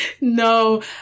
no